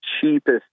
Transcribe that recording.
cheapest